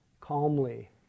calmly